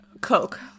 Coke